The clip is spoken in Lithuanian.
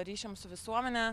ryšiams su visuomene